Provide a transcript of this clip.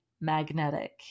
magnetic